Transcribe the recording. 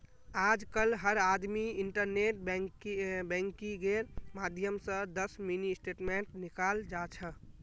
आजकल हर आदमी इन्टरनेट बैंकिंगेर माध्यम स दस मिनी स्टेटमेंट निकाल जा छ